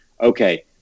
Okay